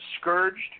scourged